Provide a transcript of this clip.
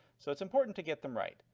so it's important to get them right.